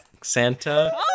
Santa